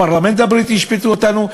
הפרלמנט הבריטי ישפטו אותנו,